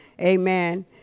Amen